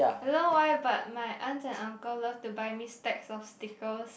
I don't know why but my aunt and uncle love to buy me stack of stickers